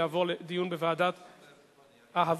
תעבורנה לדיון בוועדת העבודה,